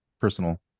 personal